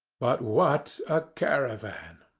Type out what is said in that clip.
but what a caravan!